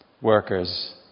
workers